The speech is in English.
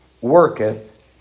worketh